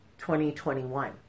2021